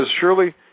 surely